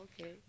okay